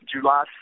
July